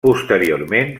posteriorment